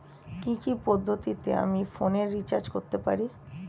কি কি পদ্ধতিতে আমি ফোনে রিচার্জ করতে পারি?